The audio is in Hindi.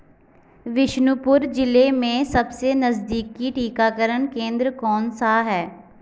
विष्णुपुर जिले में सबसे नज़दीकी टीकाकरण केंद्र कौन सा है